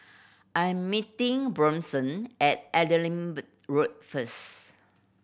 I am meeting Blossom at Edinburgh Road first